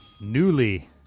Newly